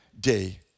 day